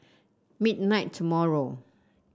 midnight tomorrow